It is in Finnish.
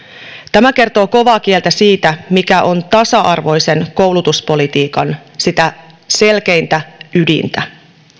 tämä kertoo kovaa kieltä siitä mikä on tasa arvoisen koulutuspolitiikan sitä selkeintä ydintä